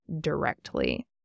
directly